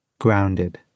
grounded